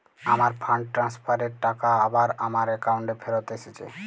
আমার fund transfer এর টাকা আবার আমার একাউন্টে ফেরত এসেছে